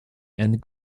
and